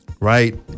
right